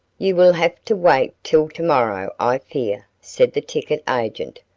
you will have to wait till to-morrow i fear, said the ticket agent,